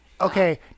Okay